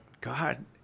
God